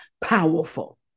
powerful